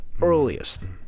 Earliest